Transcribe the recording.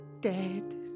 Dead